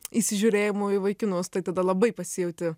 įsižiūrėjimo į vaikinus tai tada labai pasijauti